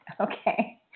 Okay